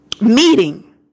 meeting